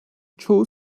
çoğu